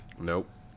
Nope